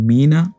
Mina